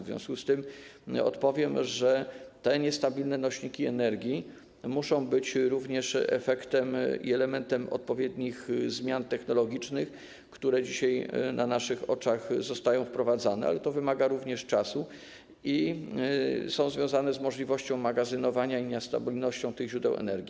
W związku z tym odpowiem, że te niestabilne nośniki energii muszą być również efektem i elementem odpowiednich zmian technologicznych, które dzisiaj, na naszych oczach są wprowadzane, ale które również wymagają czasu, i które są związane z możliwością magazynowania i niestabilnością tych źródeł energii.